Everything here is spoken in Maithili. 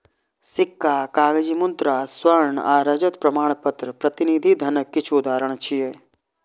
सिक्का, कागजी मुद्रा, स्वर्ण आ रजत प्रमाणपत्र प्रतिनिधि धनक किछु उदाहरण छियै